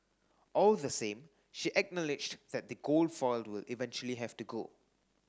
all the same she acknowledged that the gold foil will eventually have to go